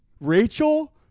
Rachel